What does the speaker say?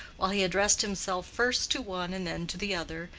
while he addressed himself first to one and then to the other,